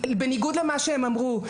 בניגוד למה שהם אמרו,